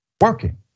working